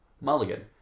mulligan